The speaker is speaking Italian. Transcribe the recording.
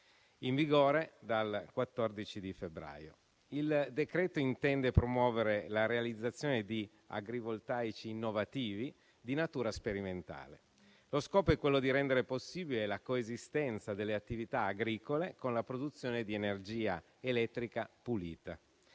in vigore dal 14 febbraio. Il decreto intende promuovere la realizzazione di agrivoltaici innovativi di natura sperimentale. Lo scopo è quello di rendere possibile la coesistenza delle attività agricole con la produzione di energia elettrica pulita.